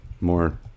more